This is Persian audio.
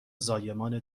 زایمان